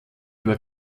über